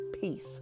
peace